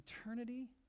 eternity